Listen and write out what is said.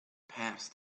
passed